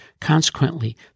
Consequently